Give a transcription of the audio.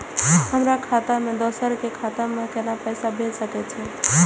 हमर खाता से दोसर के खाता में केना पैसा भेज सके छे?